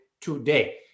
today